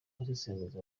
abasesenguzi